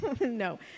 No